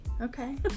Okay